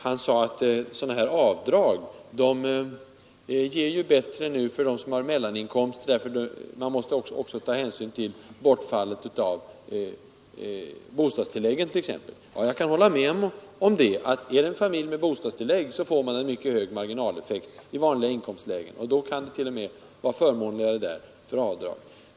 Han sade att avdrag är mera lönsamma för personer i mellaninkomstlägena, eftersom man också måste ta hänsyn till exempelvis bortfallet av bostadstilläggen. Jag kan hålla med om att en familj med bostadstillägg får en mycket hög marginalskatteeffekt i vanliga inkomstlägen och att avdrag kan vara förmånligare för denna kategori än för andra.